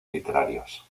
literarios